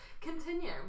continue